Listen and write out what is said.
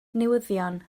newyddion